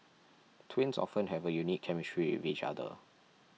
twins often have a unique chemistry with each other